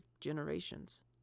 generations